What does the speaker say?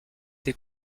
des